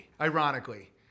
ironically